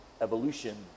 evolution